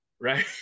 Right